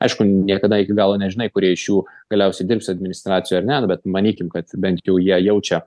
aišku niekada iki galo nežinai kurie iš jų galiausiai dirbs administracijoj ar ne nu bet manykim kad bent jau jie jaučia